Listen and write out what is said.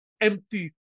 empty